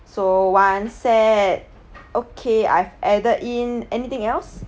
so one set okay I've added in anything else